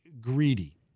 greedy